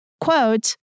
Quote